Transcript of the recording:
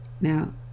now